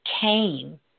came